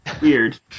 Weird